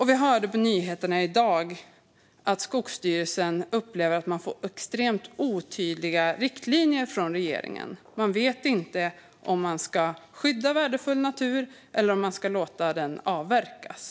Vi hörde på nyheterna i dag att Skogsstyrelsen upplever att den får extremt otydliga riktlinjer från regeringen. Man vet inte om man ska skydda värdefull natur eller om man ska låta den avverkas.